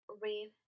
read